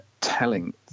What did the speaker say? telling